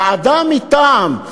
ועדה מטעם.